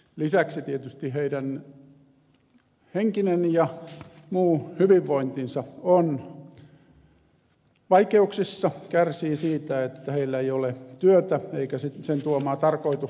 lisäksi tietysti heidän henkinen ja muu hyvinvointinsa on vaikeuksissa kärsii siitä että heillä ei ole työtä eikä sen tuomaa tarkoitusta elämään